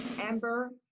Amber